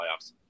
playoffs